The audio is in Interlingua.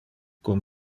con